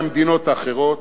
מהמדינות האחרות,